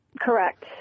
Correct